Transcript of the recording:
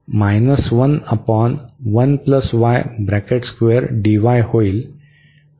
आपण लिमिटबद्दल बोलूया